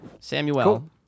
Samuel